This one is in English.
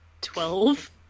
Twelve